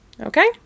Okay